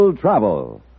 Travel